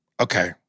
Okay